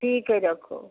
ठीक हइ रखू